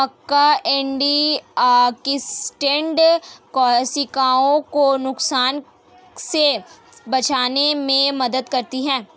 मक्का antioxidant कोशिकाओं को नुकसान से बचाने में मदद करता है